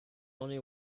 only